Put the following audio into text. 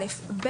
שנית,